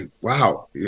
wow